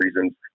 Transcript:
reasons